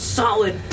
solid